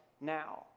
now